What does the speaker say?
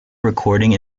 recording